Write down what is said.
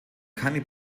keine